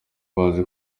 bazi